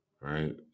right